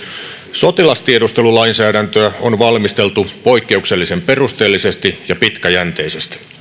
sotilastiedustelulainsäädäntöä on valmisteltu poikkeuksellisen perusteellisesti ja pitkäjänteisesti